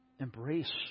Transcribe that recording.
embrace